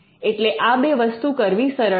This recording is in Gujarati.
એટલે આ બે વસ્તુ કરવી સરળ છે